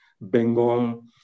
Bengal